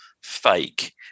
fake